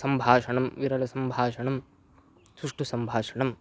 सम्भाषणं विरलसम्भाषणं सुष्टु सम्भाषणं